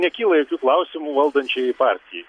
nekyla jokių klausimų valdančiajai partijai